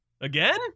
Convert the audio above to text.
again